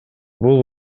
бул